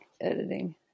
editing